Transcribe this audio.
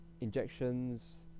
Injections